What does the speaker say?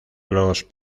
los